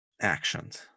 actions